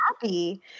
happy